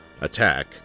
attack